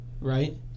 Right